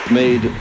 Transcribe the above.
made